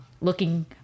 looking